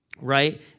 right